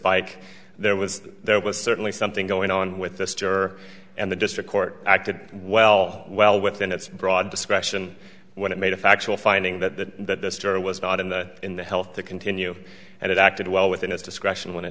bike there was there was certainly something going on with this juror and the district court acted well well within its broad discretion when it made a factual finding that that this juror was bought in the in the health to continue and it acted well within his discretion when i